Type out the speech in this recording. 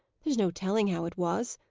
there's no telling how it was.